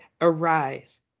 arise